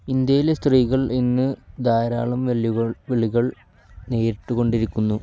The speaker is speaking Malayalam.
ഇന്ത്യയിലെ സ്ത്രീകൾ ഇന്ന് ധാരാളം വെല്ലുകൾ വിളികൾ നേരിട്ടുകൊണ്ടിരിക്കുന്നു